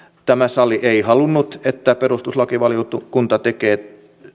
tämä sali ei halunnut että perustuslakivaliokunta tekee